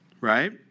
Right